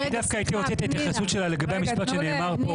אני הייתי דווקא רוצה את ההתייחסות שלה לגבי המשפט שנאמר פה,